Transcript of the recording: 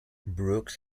brooks